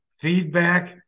feedback